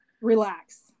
relax